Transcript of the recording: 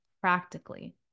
practically